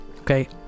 Okay